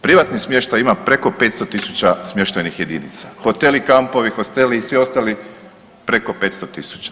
Privatni smještaj ima preko 500 tisuća smještajnih jedinica, hoteli, kampovi, hosteli i svi ostali preko 500 tisuća.